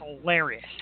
hilarious